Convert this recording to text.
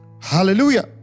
Hallelujah